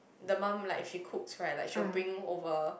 the mum like she cooks right like she will bring over